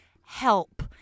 Help